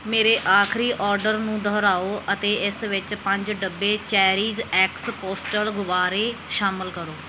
ਮੇਰੇ ਆਖਰੀ ਓਰਡਰ ਨੂੰ ਦੁਹਰਾਓ ਅਤੇ ਇਸ ਵਿੱਚ ਪੰਜ ਡੱਬੇ ਚੈਰਿਸ ਐਕਸ ਪੋਸਟਲ ਗੁਬਾਰੇ ਸ਼ਾਮਲ ਕਰੋ